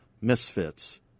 misfits